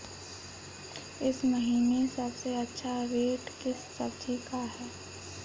इस महीने सबसे अच्छा रेट किस सब्जी का है?